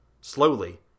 Slowly